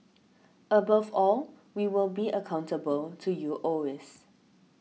above all we will be accountable to you always